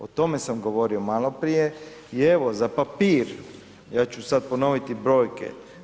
O tome sam govorio maloprije i evo za papir, ja ću sad ponoviti brojke.